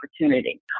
opportunity